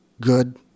Good